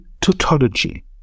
tautology